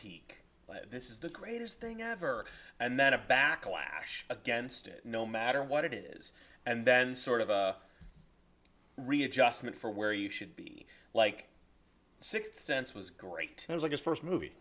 peak this is the greatest thing ever and then a backlash against it no matter what it is and then sort of readjustment for where you should be like sixth sense was great it was a good first movie